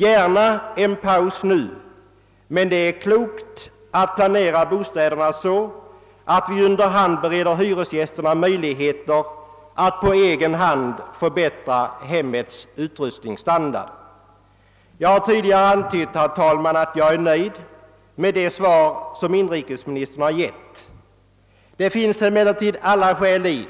Gärna en paus nu — men det är klok politik att planera bostäderna så, att vi under hand bereder hyresgästerna möjligheter att på egen hand förbättra hemmets utrustningsstandard. Jag har tidigare, herr talman, antytt att jag är nöjd med det svar som inrikesministern har lämnat. Det finns emellertid alla skäl